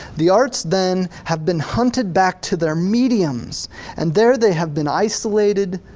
the arts then have been hunted back to their mediums and there they have been isolated,